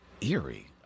eerie